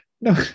no